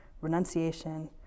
renunciation